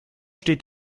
steht